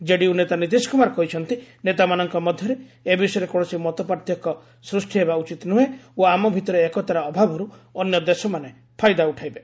କେଡିୟୁ ନେତା ନୀତିଶ କୁମାର କହିଛନ୍ତି ନେତାମାନଙ୍କ ମଧ୍ୟରେ ଏ ବିଷୟରେ କୌଣସି ମତପାର୍ଥକ୍ୟ ସୃଷ୍ଟି ହେବା ଉଚିତ୍ ନୁହେଁ ଓ ଆମ ଭିତରେ ଏକତାର ଅଭାବରୁ ଅନ୍ୟ ଦେଶମାନେ ଫାଇଦା ଉଠାଇବେ